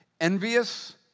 envious